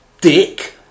dick